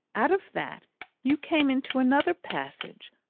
out of that you came into another passage,